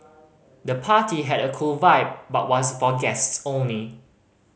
the party had a cool vibe but was for guests only